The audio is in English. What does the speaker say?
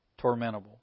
tormentable